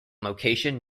location